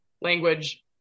language